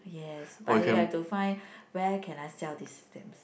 yes but you have to find where can I sell these stamps